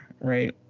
right